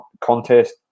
contest